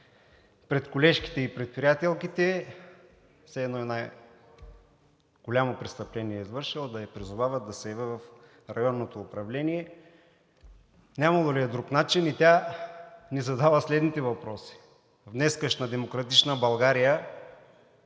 пред колежките и пред приятелките ѝ, все едно е извършила голямо престъпление, за да я призовават да се яви в районното управление. Нямало ли е друг начин? Тя ни задава следните въпроси: в днешна демократична България